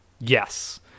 Yes